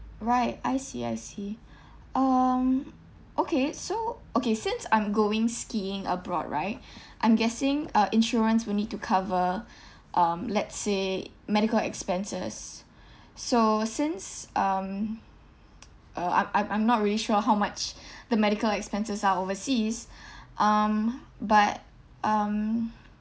right I see I see um okay so okay since I'm going skiing abroad right I'm guessing uh insurance we need to cover um let's say medical expenses so since um uh I'm I'm I'm not really sure how much the medical expenses are overseas um but um